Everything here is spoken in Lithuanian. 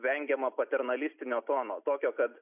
vengiama paternalistinio tono tokio kad